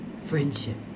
friendship